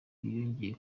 yongeye